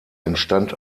entstand